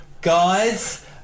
guys